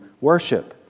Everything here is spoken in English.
worship